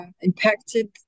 impacted